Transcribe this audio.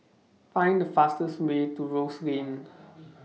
Find The fastest Way to Rose Lane